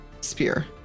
spear